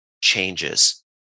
changes